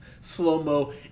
slow-mo